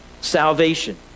salvation